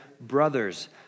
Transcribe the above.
brother's